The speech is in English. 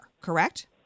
correct